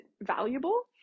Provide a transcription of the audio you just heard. valuable